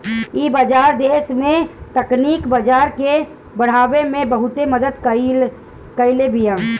इ बाजार देस में तकनीकी बाजार के बढ़ावे में बहुते मदद कईले बिया